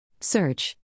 Search